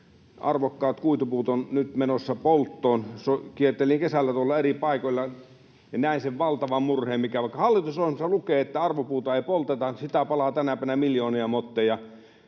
arvokkaat kuitupuut ovat nyt menossa polttoon. Kiertelin kesällä tuolla eri paikoilla ja näin sen valtavan murheen, mikä on. Hallitusohjelmassa lukee, että arvopuuta ei polteta, mutta sitä palaa tänä päivänä miljoonia motteja.